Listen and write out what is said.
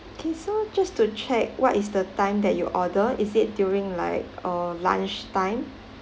okay so just to check what is the time that you order is it during like or lunch time